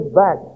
back